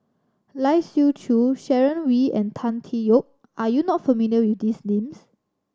Lai Siu Chiu Sharon Wee and Tan Tee Yoke are you not familiar with these names